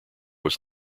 was